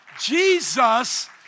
Jesus